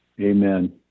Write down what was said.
Amen